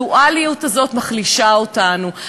הדואליות הזאת מחלישה אותנו,